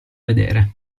vedere